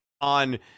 on